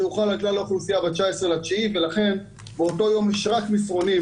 זה הוחל על כלל האוכלוסייה ב-19.9 ולכן באותו יום יש רק מסרונים,